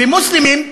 ומוסלמים,